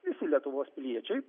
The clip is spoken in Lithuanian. visi lietuvos piliečiai